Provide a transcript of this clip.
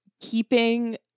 keeping